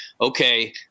okay